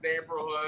neighborhood